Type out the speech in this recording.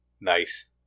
Nice